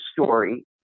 story